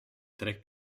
tre